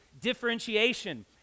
differentiation